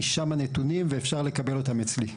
משם הנתונים ואפשר לקבל אותם אצלי.